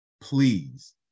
please